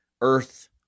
Earth